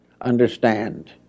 understand